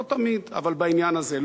לא תמיד, אבל בעניין הזה.